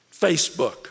Facebook